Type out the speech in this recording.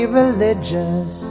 religious